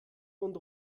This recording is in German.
und